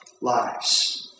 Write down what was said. lives